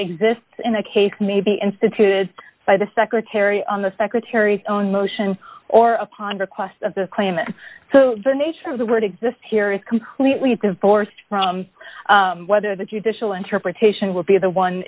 exists in the case may be instituted by the secretary on the secretary's own motion or upon request of the claimant so the nature of the word exist here is completely divorced from whether the judicial interpretation will be the one